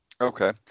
okay